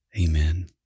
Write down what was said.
Amen